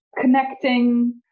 connecting